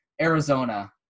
Arizona